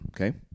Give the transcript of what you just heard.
Okay